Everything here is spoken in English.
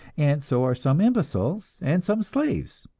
and so are some imbeciles, and some slaves,